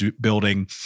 building